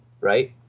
right